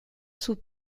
sus